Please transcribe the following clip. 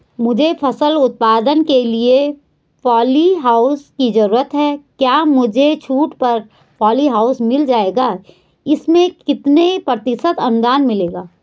मुझे फसल उत्पादन के लिए प ॉलीहाउस की जरूरत है क्या मुझे छूट पर पॉलीहाउस मिल जाएगा इसमें कितने प्रतिशत अनुदान मिलेगा?